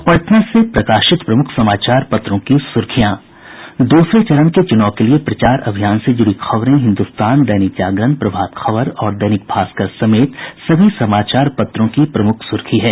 अब पटना से प्रकाशित प्रमुख समाचार पत्रों की सुर्खियां दूसरे चरण के चुनाव के लिये प्रचार अभियान से जुड़ी खबरें हिन्दुस्तान दैनिक जागरण प्रभात खबर और दैनिक भास्कर समेत सभी समाचार पत्रों की प्रमुख सुर्खी है